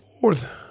fourth